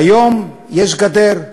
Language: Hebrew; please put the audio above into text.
והיום יש גדר.